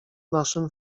naszym